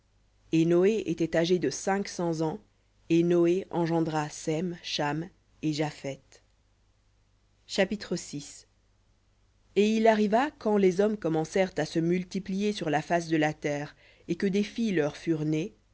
et noé était âgé de cinq cents ans et noé engendra sem cham et japheth chapitre et il arriva quand les hommes commencèrent à se multiplier sur la face de la terre et que des filles leur furent